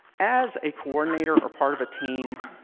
as a coordinator or part of a team,